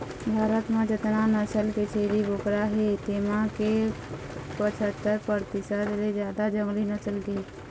भारत म जतना नसल के छेरी बोकरा हे तेमा के पछत्तर परतिसत ले जादा जंगली नसल के हे